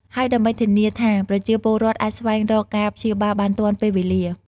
ហើយដើម្បីធានាថាប្រជាពលរដ្ឋអាចស្វែងរកការព្យាបាលបានទាន់ពេលវេលា។